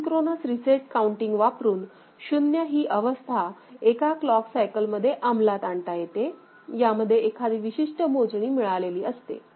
asynchronous reset counting वापरून शून्य ही अवस्था एका क्लॉक सायकल मध्ये अंमलात आणता येते यामध्ये एखादी विशिष्ट मोजणी मिळालेली असते